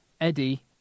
Eddie